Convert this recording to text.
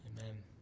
amen